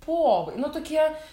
povai nu tokie